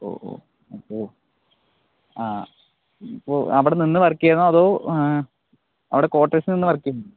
ഓഹ് ഓഹ് അപ്പോൾ ആ ഇപ്പോൾ അവിടെ നിന്ന് വർക്ക് ചെയുവാണോ അതോ അവിടെ കൊട്ടേഴ്സ് നിന്ന് വർക്ക് ചെയുവാണോ